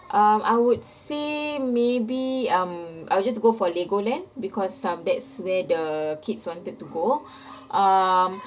um I would say maybe um I'll just go for legoland because um that's where the kids wanted to go um